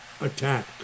attack